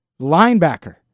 Linebacker